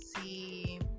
see